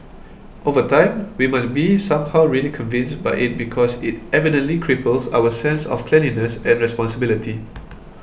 over time we must be somehow really convinced by it because it evidently cripples our sense of cleanliness and responsibility